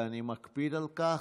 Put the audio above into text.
ואני מקפיד על כך,